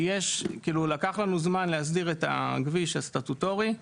לקח לנו זמן להסדיר את הכביש הסטטוטורי.